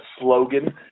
slogan